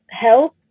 help